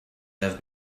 have